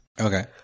Okay